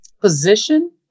position